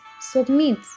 submit